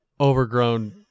overgrown